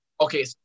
okay